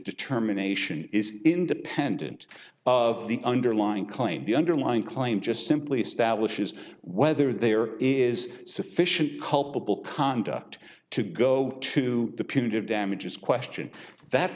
determination is independent of the underlying claim the underlying claim just simply establishes whether there is sufficient culpable conduct to go to the punitive damages question that